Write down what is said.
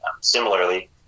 similarly